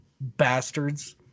Bastards